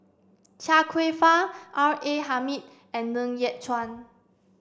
Chia Kwek Fah R A Hamid and Ng Yat Chuan